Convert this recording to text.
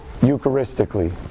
eucharistically